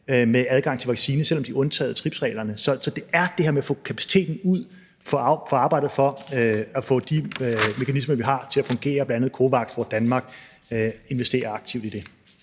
med adgang til vaccine. Så det er det her med at få kapaciteten ud og få arbejdet for at få de mekanismer, vi har, til at fungere, bl.a. COVAX, hvor Danmark investerer aktivt i det.